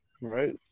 right